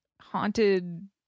haunted